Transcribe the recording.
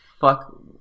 fuck